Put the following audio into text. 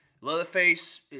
Leatherface